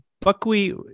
buckwheat